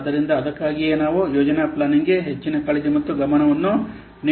ಆದ್ದರಿಂದ ಅದಕ್ಕಾಗಿಯೇ ನಾವು ಯೋಜನಾ ಪ್ಲಾನಿಂಗ್ಗೆ ಹೆಚ್ಚಿನ ಕಾಳಜಿ ಮತ್ತು ಗಮನವನ್ನು ನೀಡಬೇಕು